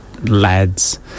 lads